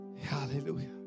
Hallelujah